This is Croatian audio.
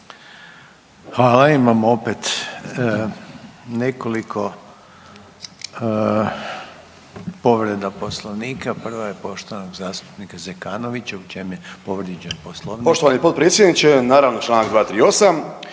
Hvala. Imamo opet nekoliko povreda Poslovnika, prva je poštovanog zastupnika Zekanovića, u čem je povrijeđen Poslovnik?